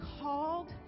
called